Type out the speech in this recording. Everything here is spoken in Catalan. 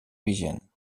vigent